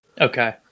Okay